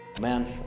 Man